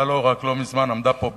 הלוא רק לא מזמן עמדה פה בדיוק,